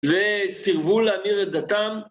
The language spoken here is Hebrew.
וסירבו להמיר את דתם.